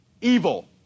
evil